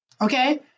Okay